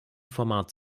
format